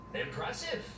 Impressive